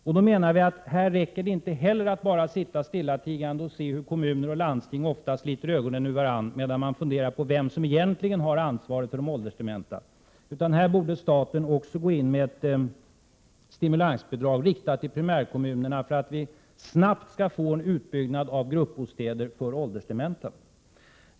Därför menar vi att det inte heller här räcker med att bara sitta stillatigande och åse hur kommuner och landsting ofta sliter ögonen ur varandra, medan man funderar över vem som egentligen har ansvaret för de åldersdementa. Även här borde staten gå in med ett stimulansbidrag riktat till primärkommunerna för att vi snabbt skall kunna få en utbyggnad av gruppbostäder för åldersdementa.